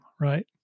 right